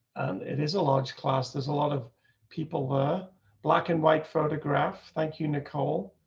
it is a large class. there's a lot of people ah black and white photograph. thank you, nicole.